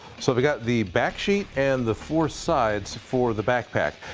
so we got the back sheet and the four sides for the backpack.